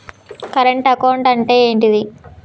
Current account అంటే ఏంటిది?